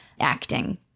acting